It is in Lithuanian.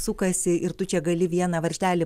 sukasi ir tu čia gali vieną varžtelį